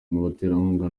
baterankunga